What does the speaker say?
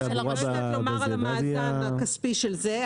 --- אני לא יודעת לומר על המאזן הכספי של זה,